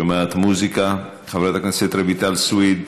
שומעת מוזיקה, חברת הכנסת רויטל סויד,